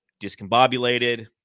discombobulated